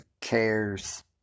cares